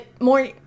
more